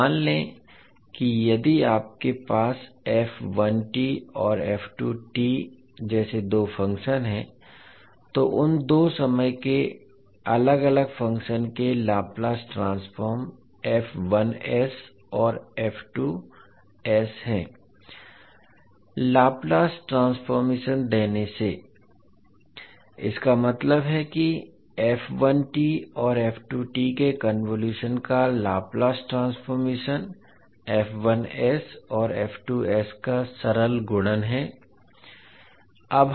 तो मान लें कि यदि आपके पास और जैसे दो फंक्शन हैं तो उन दो समय के अलग अलग फंक्शन के लाप्लास ट्रांसफॉर्म और हैं लाप्लास ट्रांसफॉर्मेशन देने से इसका मतलब है कि और के कन्वोलुशन का लाप्लास ट्रांसफॉर्मेशन और का सरल गुणन है